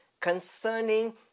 concerning